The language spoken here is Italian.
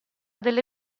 delle